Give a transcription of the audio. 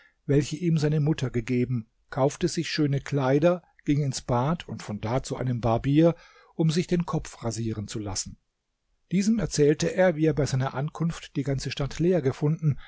welche ihm seine mutter gegeben kaufte sich schöne kleider ging ins bad und von da zu einem barbier um sich den kopf rasieren zu lassen diesem erzählte er wie er bei seiner ankunft die ganze stadt leer gefunden